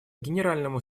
генеральному